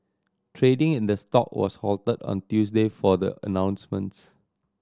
trading in the stock was halted on Tuesday for the announcements